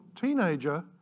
teenager